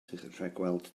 rhagweld